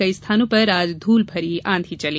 कई स्थानों पर आज धूल भरी आंधी चली